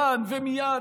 כאן ומייד,